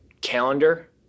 calendar